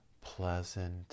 pleasant